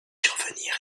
survenir